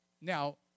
Now